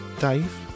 Dave